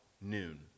noon